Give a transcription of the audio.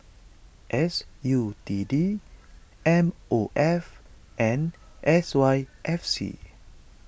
S U T D M O F and S Y F C